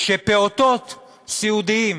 שפעוטות סיעודיים,